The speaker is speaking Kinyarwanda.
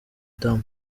tam